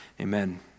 Amen